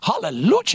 Hallelujah